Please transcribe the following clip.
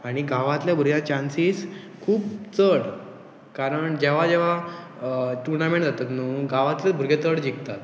आनी गांवांतल्या भुरग्यां चान्सीस खूब चड कारण जेवा जेवा टुर्नामेंट जातात न्हू गांवांतले भुरगे चड जिकतात